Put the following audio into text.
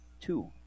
two